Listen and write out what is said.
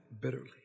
bitterly